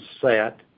set